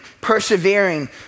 persevering